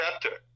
chapter